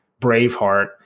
Braveheart